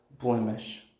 blemish